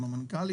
זה נכון,